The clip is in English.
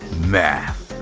math.